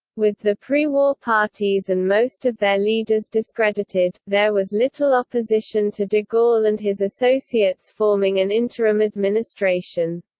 with the prewar parties and most of their leaders discredited, there was little opposition to de gaulle and his associates forming an interim administration.